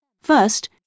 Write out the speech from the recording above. First